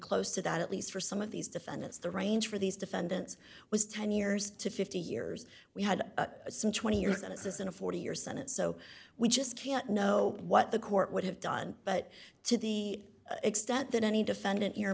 close to that at least for some of these defendants the range for these defendants was ten years to fifty years we had some twenty years and it's in a forty year senate so we just can't know what the court would have done but to the extent that any defendant